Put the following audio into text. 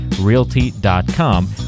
realty.com